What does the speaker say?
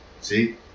See